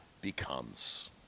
becomes